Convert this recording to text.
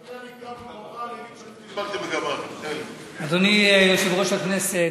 אתם, אדוני יושב-ראש הכנסת,